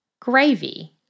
Gravy